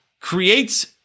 creates